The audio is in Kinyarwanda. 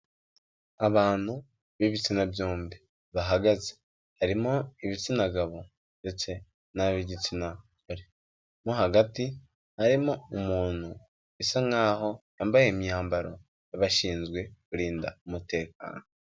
Abantu b'ibitsina byombi bahagaze, harimo ibitsina gabo ndetse n'ab'igitsina gore, mo hagati harimo umuntu bisa nk'aho yambaye imyambaro y'abashinzwe kurinda umutekano.